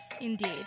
Indeed